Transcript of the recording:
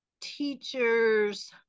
teachers